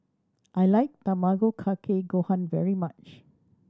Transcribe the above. I like Tamago Kake Gohan very much